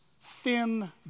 thin